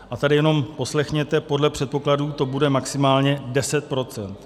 A tady jenom poslechněte podle předpokladů to bude maximálně 10 procent.